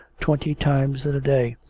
twenty times in a day.